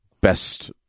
best